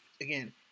Again